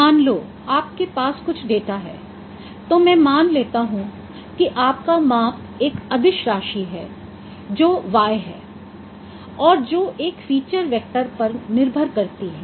मान लो आपके पास कुछ डेटा है तो मैं मान लेता हूँ कि आपका माप एक अदिश राशि है जो y है और जो एक फीचर वेक्टर पर निर्भर करती है